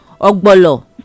ogbolo